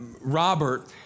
Robert